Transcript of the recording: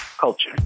culture